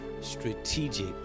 strategic